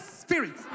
spirit